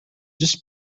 this